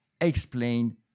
explain